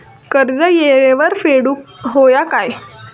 कर्ज येळेवर फेडूक होया काय?